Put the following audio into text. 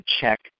check